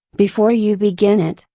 before you begin it,